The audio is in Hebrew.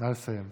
נא לסיים.